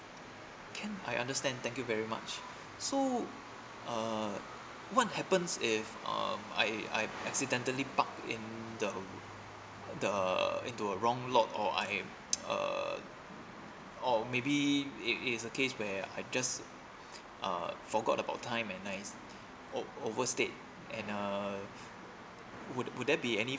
can I understand thank you very much so uh what happens if uh I I accidentally park in the the in the wrong lot or I'm uh or maybe it it is a case where I just uh forgot about time and I o~ overstayed and uh would would there be any